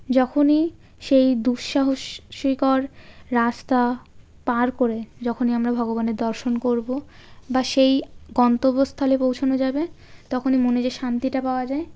যখনই সেই দুঃসাহসীকর রাস্তা পার করে যখনই আমরা ভগবানের দর্শন করবো বা সেই গন্তব্যস্থলে পৌঁছানো যাবে তখনই মনে যে শান্তিটা পাওয়া যায়